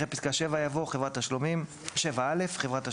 אחרי פסקה (7) יבוא: "(7א) חברת תשלומים".